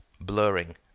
blurring